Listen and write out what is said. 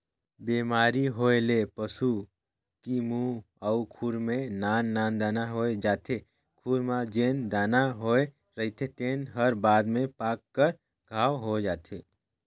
बेमारी होए ले पसू की मूंह अउ खूर में नान नान दाना होय जाथे, खूर म जेन दाना होए रहिथे तेन हर बाद में पाक कर घांव हो जाथे